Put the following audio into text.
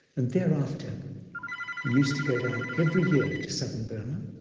and thereafter, he used to go down every year to southern burma,